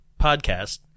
podcast